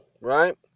right